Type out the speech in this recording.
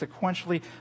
sequentially